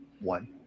one